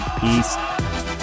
Peace